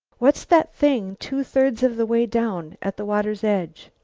what's that thing two-thirds of the way down, at the water's edge?